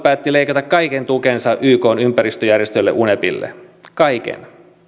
päätti leikata kaiken tukensa ykn ympäristöjärjestölle unepille kaiken